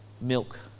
milk